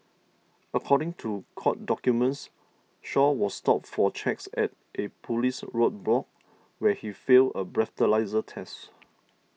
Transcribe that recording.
according to court documents Shaw was stopped for checks at a police roadblock where he failed a breathalyser test